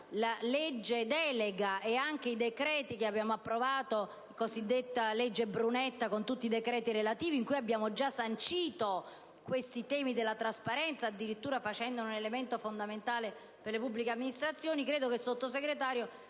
la legge delega e anche i decreti che abbiamo approvato - la cosiddetta legge Brunetta, con tutti i decreti relativi - in cui abbiamo già sancito i temi della trasparenza, addirittura facendone un elemento fondamentale per le pubbliche amministrazioni. Credo, pertanto, che il sottosegretario